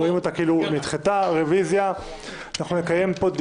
אנחנו דנים ברביזיה שנתבקשה על ידי חבר